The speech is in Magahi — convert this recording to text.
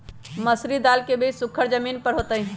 मसूरी दाल के बीज सुखर जमीन पर होतई?